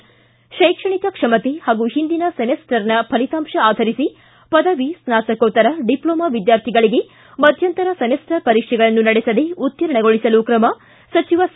ಿ ಶೈಕ್ಷಣಿಕ ಕ್ಷಮತೆ ಹಾಗೂ ಹಿಂದಿನ ಸೆಮಿಸ್ಸರ್ನ ಫಲಿತಾಂತ ಆಧರಿಸಿ ಪದವಿ ಸ್ನಾತಕೋತ್ತರ ಡಿಪ್ಲೋಮಾ ವಿದ್ಯಾರ್ಥಿಗಳ ಮಧ್ಯಂತರ ಸೆಮಿಸ್ಟರ್ ಪರೀಕ್ಷೆಗಳನ್ನು ನಡೆಸದೇ ಉತ್ತೀರ್ಣಗೊಳಿಸಲು ಕ್ರಮ ಸಚಿವ ಸಿ